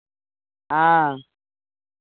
हँ